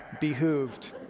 behooved